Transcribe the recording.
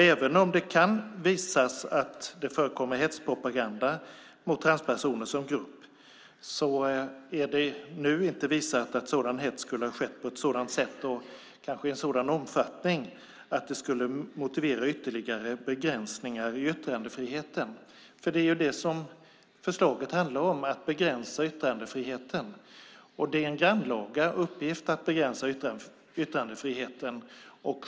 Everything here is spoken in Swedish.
Även om det förekommer hetspropaganda mot transpersoner som grupp är det nu inte visat att sådan hets skulle ha skett på ett sådant sätt och i sådan omfattning att det motiverar ytterligare begränsningar i yttrandefriheten. Förslaget handlar ju om att begränsa yttrandefriheten. Att begränsa yttrandefriheten är en grannlaga uppgift.